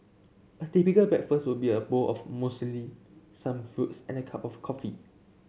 a typical breakfast would be a bowl of muesli some fruits and a cup of coffee